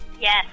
Yes